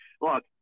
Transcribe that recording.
look